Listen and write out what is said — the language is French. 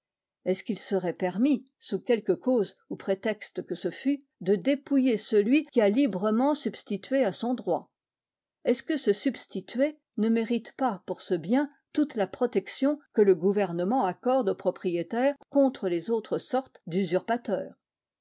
est-ce qu'il serait permis sous quelque cause ou prétexte que ce fût de dépouiller celui qui a librement substitué à son droit est-ce que ce substitué ne mérite pas pour ce bien toute la protection que le gouvernement accorde aux propriétaires contre les autres sortes d'usurpateurs